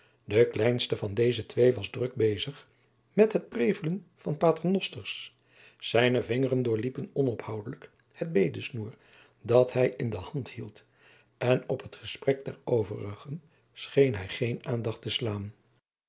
de kleinste van deze twee was drok bezig met het prevelen van paternosters zijne vingeren doorliepen onophoudelijk het bedesnoer dat hij in de hand hield en op het gesprek der overigen scheen hij geen aandacht te slaan